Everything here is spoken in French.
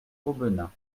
aubenas